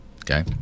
Okay